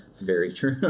very true.